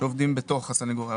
שעובדים בתוך הסנגוריה,